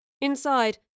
Inside